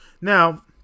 Now